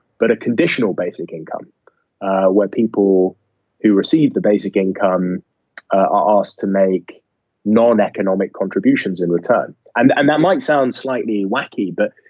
but a conditional basic income where people who receive the basic income are asked to make known economic contributions in return. and and that might sound like be wacky, but,